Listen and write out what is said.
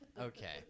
Okay